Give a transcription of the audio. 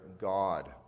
God